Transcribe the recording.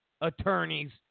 attorneys